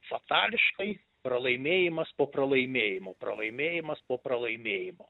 fatališkai pralaimėjimas po pralaimėjimo pralaimėjimas po pralaimėjimo